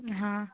हाँ